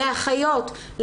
לאחיות,